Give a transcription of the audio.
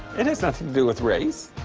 it has nothing to do with race.